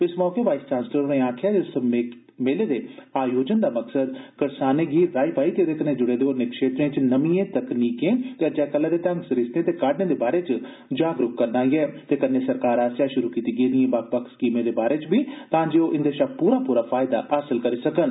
इस मौके vice chancellor होरे आक्खेया जे इस मेले दे आयोजन दा मकसद करसाने गी राई बाई ते एदे कन्नै जुड़े क्षेत्रे च नमियें तकनीकें ते अज्जै कल्लै दे ढंग सरिस्ते ते काहड़ें दे बारै च जागरुक करना ऐ ते कन्नै सरकार आसेया शुरु कीती गेदियें बक्ख बक्ख स्कीमें दे बारै च बी तांजे ओ इन्दे शा पूरा पूरा फैयदा हासल करी सकन